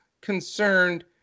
concerned